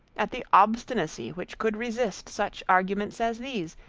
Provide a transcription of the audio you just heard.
at the obstinacy which could resist such arguments as these.